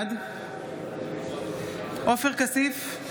בעד עופר כסיף,